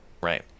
Right